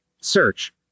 Search